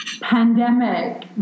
pandemic